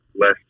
less